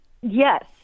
yes